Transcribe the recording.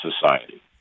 society